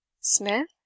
smith